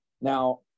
Now